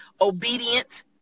obedient